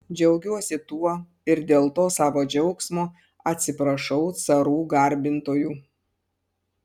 džiaugiuosi tuo ir dėl to savo džiaugsmo atsiprašau carų garbintojų